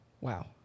Wow